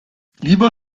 lieber